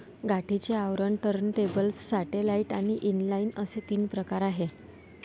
गाठीचे आवरण, turntable, satellite आणि इनलाइन असे तीन प्रकार आहे